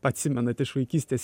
atsimenat iš vaikystės